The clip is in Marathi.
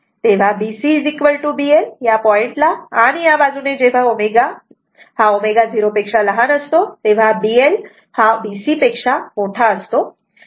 तेव्हा B CB L या पॉइंटला आणि या बाजूने जेव्हा ω ω0 असते तेव्हा B L B C असते